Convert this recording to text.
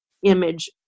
image